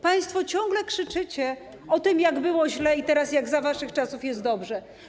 Państwo ciągle krzyczycie o tym, jak było źle i jak teraz, za waszych czasów, jest dobrze.